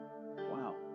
wow